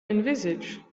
envisage